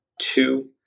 Two